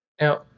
Now